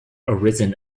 arisen